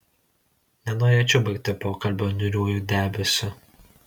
nenorėčiau baigti pokalbio niūriuoju debesiu